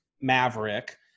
Maverick